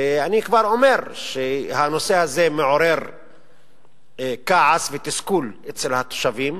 ואני כבר אומר שהנושא הזה מעורר כעס ותסכול אצל התושבים,